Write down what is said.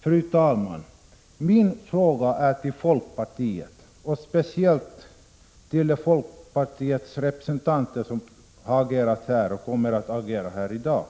Fru talman! Min fråga riktar jag till folkpartiet och speciellt till de folkpartister som har agerat och kommer att agera här i dag.